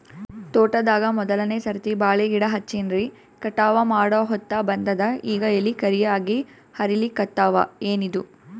ತೋಟದಾಗ ಮೋದಲನೆ ಸರ್ತಿ ಬಾಳಿ ಗಿಡ ಹಚ್ಚಿನ್ರಿ, ಕಟಾವ ಮಾಡಹೊತ್ತ ಬಂದದ ಈಗ ಎಲಿ ಕರಿಯಾಗಿ ಹರಿಲಿಕತ್ತಾವ, ಏನಿದು?